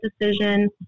decision